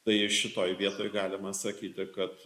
tai šitoje vietoj galima sakyti kad